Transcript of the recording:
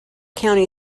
county